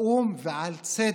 האו"ם ועל צדק.